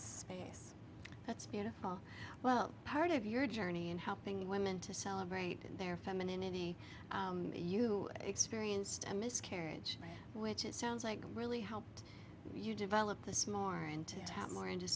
space that's beautiful well part of your journey in helping women to celebrate their femininity you experienced a miscarriage which it sounds like really helped you develop this morning and more into